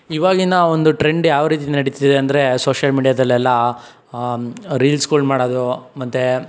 ಇವಾಗಿನ ಒಂದು ಟ್ರೆಂಡ್ ಯಾವ ರೀತಿ ನಡಿತಿದೆ ಅಂದರೆ ಸೋಷ್ಯಲ್ ಮೀಡ್ಯಾದಲ್ಲೆಲ್ಲ ರೀಲ್ಸ್ಗಳು ಮಾಡೋದು ಮತ್ತೆ